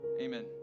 Amen